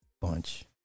bunch